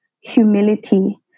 humility